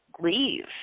leave